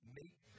make